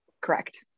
correct